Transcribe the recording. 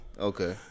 Okay